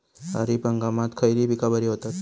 खरीप हंगामात खयली पीका बरी होतत?